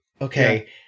Okay